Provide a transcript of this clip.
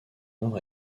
nord